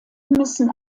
müssen